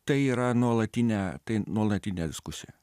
tai yra nuolatinė tai nuolatinė diskusija